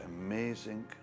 amazing